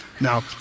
Now